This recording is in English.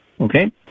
okay